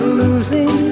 losing